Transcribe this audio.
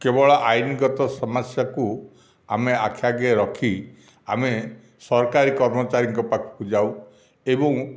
କେବଳ ଆଇନଗତ ସମସ୍ୟାକୁ ଆମେ ଆଖି ଆଗରେ ରଖି ଆମେ ସରକାରୀ କର୍ମଚାରୀଙ୍କ ପାଖକୁ ଯାଉ ଏବଂ